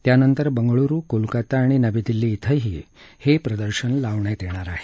त्यानंतर बंगळुरु कोलकाता आणि नवी दिल्ली अं हे प्रदर्शन लावण्यात येणार आहे